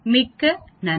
மிக்க நன்றி